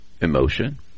emotion